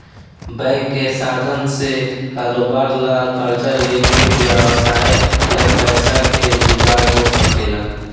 bank के साधन से कारोबार ला कर्जा लेके व्यवसाय ला पैसा के जुगार हो सकेला